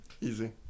easy